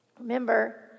Remember